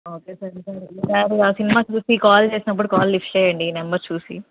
okay sir ఈసారి ఈసారి ఆ సినిమా చూసి కాల్ చేసినపుడు కాల్ లిఫ్ట్ చెయ్యండి ఈ నంబర్ చూసి